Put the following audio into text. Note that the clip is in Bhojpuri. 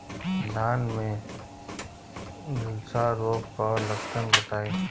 धान में झुलसा रोग क लक्षण बताई?